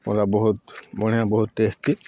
ବହୁତ ବଢ଼ିଆଁ ବହୁତ ଟେଷ୍ଟି